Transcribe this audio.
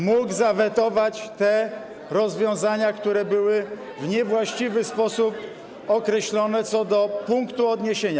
mógł zawetować te rozwiązania, które były w niewłaściwy sposób określone co do punktu odniesienia.